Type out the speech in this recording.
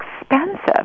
expensive